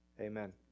Amen